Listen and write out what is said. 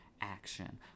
action